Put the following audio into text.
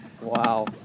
Wow